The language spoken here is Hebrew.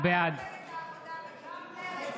בעד אמילי חיה מואטי,